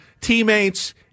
teammates